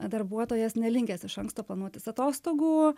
darbuotojas nelinkęs iš anksto planuotis atostogų